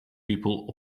people